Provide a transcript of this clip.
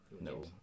No